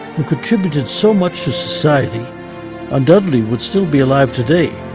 who contributed so much society undoubtedly would still be alive today,